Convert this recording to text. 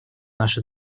наши